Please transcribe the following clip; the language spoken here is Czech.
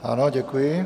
Ano, děkuji.